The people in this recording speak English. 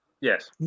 Yes